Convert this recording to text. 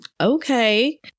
okay